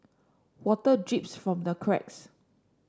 water drips from the cracks